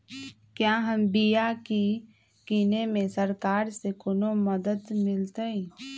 क्या हम बिया की किने में सरकार से कोनो मदद मिलतई?